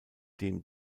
dem